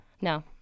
No